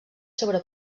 sobre